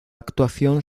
actuación